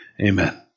Amen